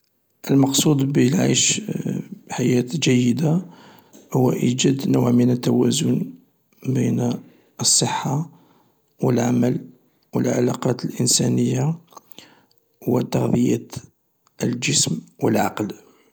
المقصود بالعيش حياة جيدة هو ايجاد نوع من التوازن بين الصحة و العمل و العلاقات الانسانية و تغذية الجسم و العقل.